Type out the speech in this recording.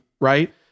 Right